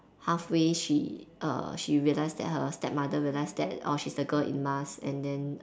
halfway she err she realised that her stepmother realised that oh she's the girl in mask and then